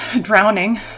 drowning